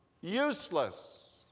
Useless